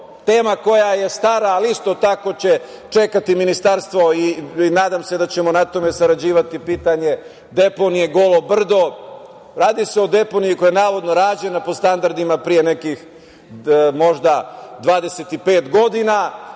tema koja je stara, ali isto tako će čekati Ministarstvo i nadam se da ćemo na tome sarađivati. Pitanje deponije Golo brdo. Radi se o deponiji kaja je navodno rađena po standardima pre nekih možda 25 godina,